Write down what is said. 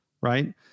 Right